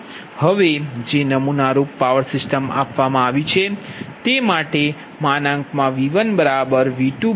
હવે જે નમૂના રૂપ પાવર સિસ્ટમ આપવામાં આવી છે તે માટે |V1| |V2| |V3| 1